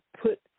put